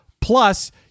plus